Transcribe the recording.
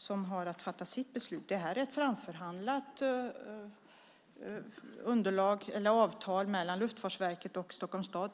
som har att fatta sitt beslut. Det här är ett framförhandlat avtal mellan Luftfartsverket och Stockholms stad.